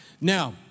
Now